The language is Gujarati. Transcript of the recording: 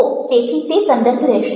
તો તેથી તે સંદર્ભ રહેશે